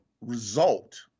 result